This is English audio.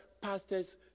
Pastors